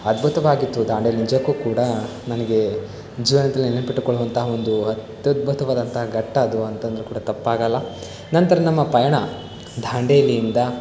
ಅದ್ಭುತವಾಗಿತ್ತು ದಾಂಡೇಲಿ ನಿಜಕ್ಕೂ ಕೂಡ ನನಗೆ ಜೀವನದಲ್ಲಿ ನೆನಪಿಟ್ಟುಕೊಳ್ಳುವಂಥ ಒಂದು ಅತ್ಯದ್ಭುತವಾದಂತಹ ಘಟ್ಟ ಅದು ಅಂತಂದರು ಕೂಡ ತಪ್ಪಾಗಲ್ಲ ನಂತರ ನಮ್ಮ ಪಯಣ ದಾಂಡೇಲಿಯಿಂದ